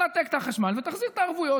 נתק את החשמל ותחזיר את הערבויות.